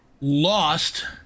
Lost